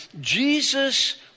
Jesus